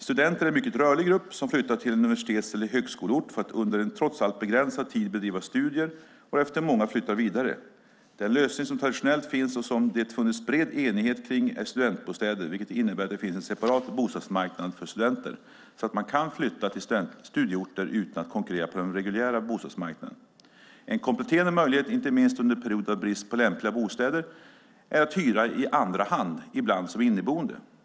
Studenter är en mycket rörlig grupp, som flyttar till en universitets eller högskoleort för att under en trots allt begränsad tid bedriva studier, varefter många flyttar vidare. Den lösning som traditionellt finns och som det funnits bred enighet kring är studentbostäder, vilket innebär att det finns en separat bostadsmarknad för studenter så att man kan flytta till studieorter utan att konkurrera på den reguljära bostadsmarknaden. En kompletterande möjlighet, inte minst under perioder av brist på lämpliga bostäder, är att hyra i andra hand, ibland som inneboende.